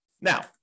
Now